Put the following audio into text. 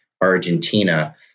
Argentina